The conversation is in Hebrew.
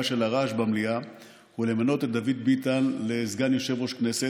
של הרעש במליאה היא למנות את דוד ביטן לסגן יושב-ראש כנסת,